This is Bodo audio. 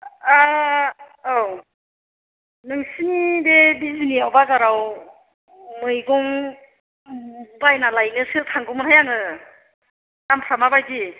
औ नोंसिनि बे बिजनिआव बाजाराव मैगं बायना लायनोसो थांगौमोनहाय आङो दामफ्रा मा बायदि